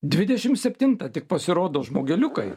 dvidešim septintą tik pasirodo žmogeliukai